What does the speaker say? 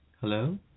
Hello